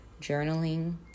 journaling